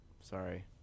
Sorry